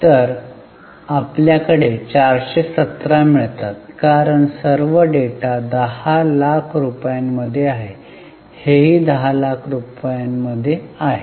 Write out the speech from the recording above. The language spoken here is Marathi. तर आपल्याकडे 417 मिळतात कारण सर्व डेटा दहा लाख रुपयांमध्ये आहे हेही दहा लाख रुपयांमध्ये आहे